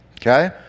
okay